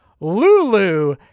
Lulu